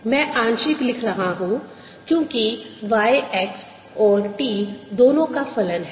मैं आंशिक लिख रहा हूं क्योंकि y x और t दोनों का फलन है